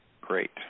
Great